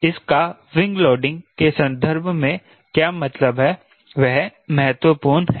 इसका wing loading के संदर्भ में क्या मतलब है वह महत्वपूर्ण है